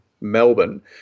Melbourne